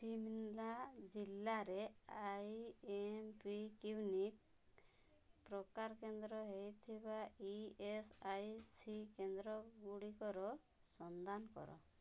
ଶିମ୍ଲା ଜିଲ୍ଲାରେ I M P କ୍ୟୁନିକ୍ ପ୍ରକାର କେନ୍ଦ୍ର ହେଇଥିବା ଇ ଏସ୍ ଆଇ ସି କେନ୍ଦ୍ରଗୁଡ଼ିକର ସନ୍ଧାନ କର